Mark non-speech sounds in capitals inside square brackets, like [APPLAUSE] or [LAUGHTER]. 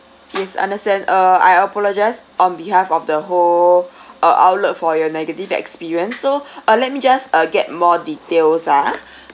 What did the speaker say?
[NOISE] yes understand uh I apologise on behalf of the whole [BREATH] uh outlet for your [NOISE] negative experience [NOISE] so [BREATH] uh let me just uh get more details ah [BREATH]